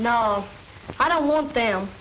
know i don't want them